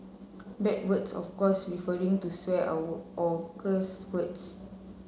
bad words of course referring to swear or cuss words